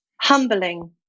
humbling